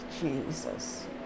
Jesus